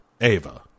Ava